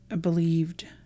believed